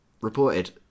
reported